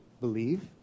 believe